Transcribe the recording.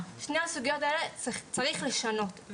את שתי הסוגיות האלה צריך לשנות.